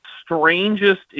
strangest